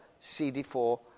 CD4